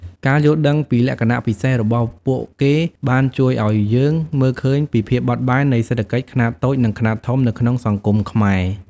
ការយល់ដឹងពីលក្ខណៈពិសេសរបស់ពួកគេបានជួយឱ្យយើងមើលឃើញពីភាពបត់បែននៃសេដ្ឋកិច្ចខ្នាតតូចនិងខ្នាតធំនៅក្នុងសង្គមខ្មែរ។